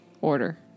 order